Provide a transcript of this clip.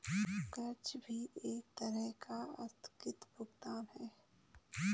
कर्ज भी एक तरह का आस्थगित भुगतान है